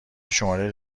شماره